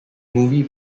movie